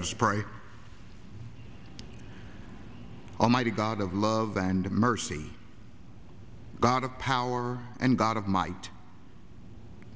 sprite almighty god of love and mercy god of power and god of might